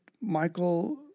Michael